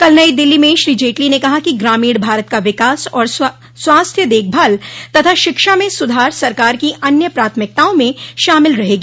कल नई दिल्ली में श्री जेटली ने कहा कि ग्रामीण भारत का विकास और स्वास्थ्य देखभाल तथा शिक्षा में सुधार सरकार की अन्य प्राथमिकताओं म शामिल रहेंगी